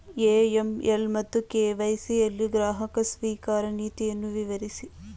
AML ಮತ್ತು KYC ಯಲ್ಲಿ ಗ್ರಾಹಕ ಸ್ವೀಕಾರ ನೀತಿಯನ್ನು ವಿವರಿಸಿ?